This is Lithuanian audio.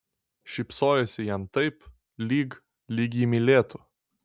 šypsojosi jam taip lyg lyg jį mylėtų